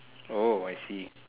oh I see